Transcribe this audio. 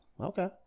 Okay